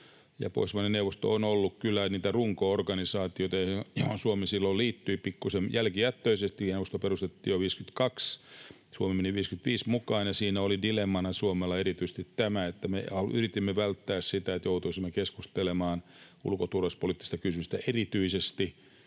Pohjoismaiden neuvosto on ollut niitä runko-organisaatioita, joihin Suomi liittyi pikkuisen jälkijättöisesti. Neuvosto perustettiin jo 1952. Suomi meni 1955 mukaan, ja siinä oli dilemmana Suomella erityisesti tämä, että me yritimme välttää sitä, että joutuisimme keskustelemaan erityisesti ulko- ja turvallisuuspoliittisista kysymyksistä